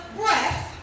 breath